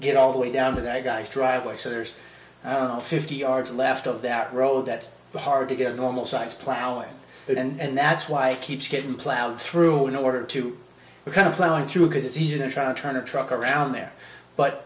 get all the way down to that guy's driveway so there's fifty yards left of that road that hard to get a normal size plowing it and that's why i keep getting plowed through in order to become plowing through because it's easier than trying to turn a truck around there but